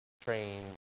train